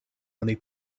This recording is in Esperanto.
oni